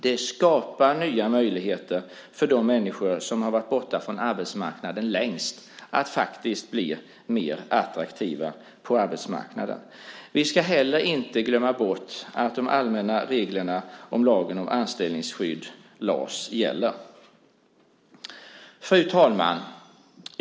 Det skapar nya möjligheter för de människor som har varit borta från arbetsmarknaden längst att bli mer attraktiva på arbetsmarknaden. Vi ska heller inte glömma bort att de allmänna reglerna om lagen om anställningsskydd, las, gäller. Fru talman!